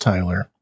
Tyler